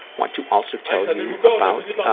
want to also tell you about